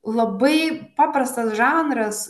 labai paprastas žanras